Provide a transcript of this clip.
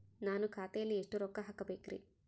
ನಾನು ಖಾತೆಯಲ್ಲಿ ಎಷ್ಟು ರೊಕ್ಕ ಹಾಕಬೇಕ್ರಿ?